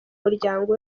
muryango